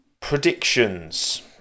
predictions